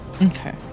Okay